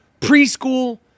preschool